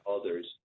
others